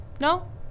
No